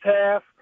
half